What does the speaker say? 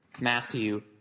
Matthew